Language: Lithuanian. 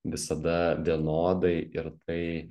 visada vienodai ir tai